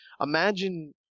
Imagine